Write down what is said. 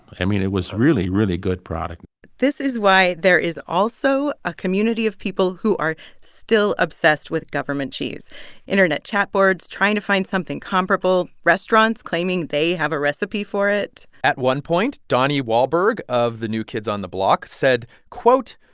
i mean, it was really, really good product this is why there is also a community of people who are still obsessed with government cheese internet chat boards trying to find something comparable, restaurants claiming they have a recipe for it at one point, donnie wahlberg of the new kids on the block said, quote,